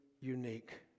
unique